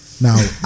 now